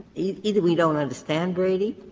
either we don't understand brady,